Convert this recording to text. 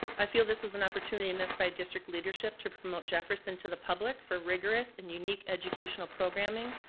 i feel this was an opportunity missed by district leadership to promote jefferson to the public for rigorous and unique educational programming,